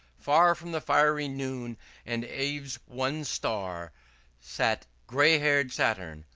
far from the fiery noon and eve's one star sat gray-haired saturn,